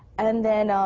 and then,